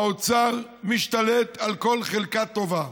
האוצר משתלט על כל חלקה טובה,